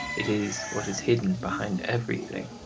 it is what is hidden behind everything.